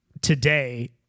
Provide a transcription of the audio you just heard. today